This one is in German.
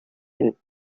hin